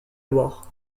loire